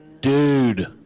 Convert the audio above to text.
Dude